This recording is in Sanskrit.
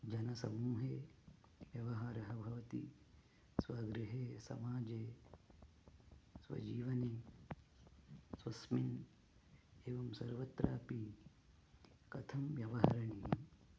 जनसमूहे व्यवहारः भवति स्वगृहे समाजे स्वजीवने स्वस्मिन् एवं सर्वत्रापि कथं व्यवहरणीयः